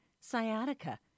sciatica